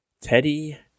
teddy